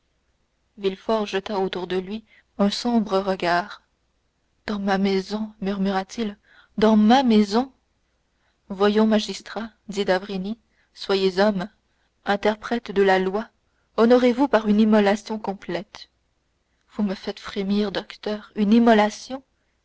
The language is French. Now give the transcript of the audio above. victimes villefort jeta autour de lui un sombre regard dans ma maison murmura-t-il dans ma maison voyons magistrat dit d'avrigny soyez homme interprète de la loi honorez vous par une immolation complète vous me faites frémir docteur une immolation